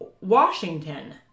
Washington